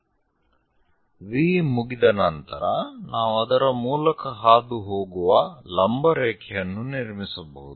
V ಮುಗಿದ ನಂತರ ನಾವು ಅದರ ಮೂಲಕ ಹಾದುಹೋಗುವ ಲಂಬ ರೇಖೆಯನ್ನು ನಿರ್ಮಿಸಬಹುದು